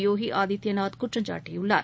யோகி ஆதித்யநாத் குற்றம் சாட்டியுள்ளார்